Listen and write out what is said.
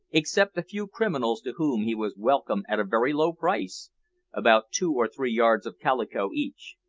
except a few criminals to whom he was welcome at a very low price about two or three yards of calico each.